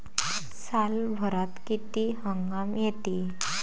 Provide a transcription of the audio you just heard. सालभरात किती हंगाम येते?